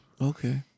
Okay